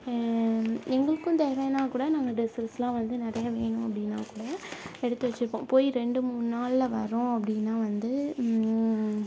எங்களுக்கும் தேவைன்னா கூட நாங்கள் டிரெஸ்சஸ்லாம் வந்து நிறைய வேணும் அப்படின்னா கூட எடுத்து வச்சுப்போம் போய் ரெண்டு மூணு நாளில் வரோம் அப்படின்னா வந்து